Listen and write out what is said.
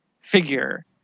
figure